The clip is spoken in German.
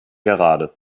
gerade